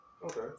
Okay